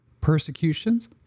persecutions